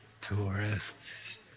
tourists